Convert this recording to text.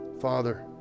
Father